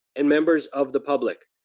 and members of the public.